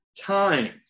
time